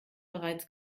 bereits